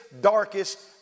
darkest